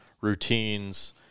routines